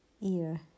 ear